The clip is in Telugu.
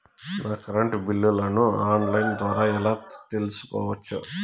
నా కరెంటు బిల్లులను ఆన్ లైను ద్వారా ఎలా తెలుసుకోవచ్చు?